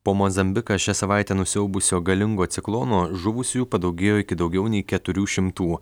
po mozambiką šią savaitę nusiaubusio galingo ciklono žuvusiųjų padaugėjo iki daugiau nei keturių šimtų